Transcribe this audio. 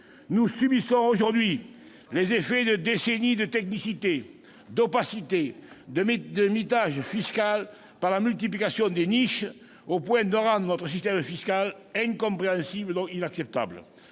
Nous subissons aujourd'hui les effets de décennies de technicité, d'opacité, de mitage fiscal par la multiplication des niches, au point de rendre notre système incompréhensible, donc inacceptable.